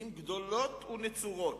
מבטיחים גדולות ונצורות: